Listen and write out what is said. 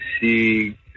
see